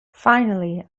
finally